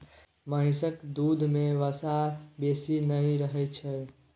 महिषक दूध में वसा बेसी नहि रहइ छै